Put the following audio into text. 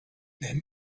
then